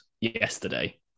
yesterday